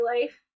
life